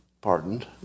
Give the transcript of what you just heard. pardoned